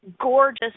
gorgeous